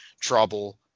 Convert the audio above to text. trouble